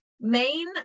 main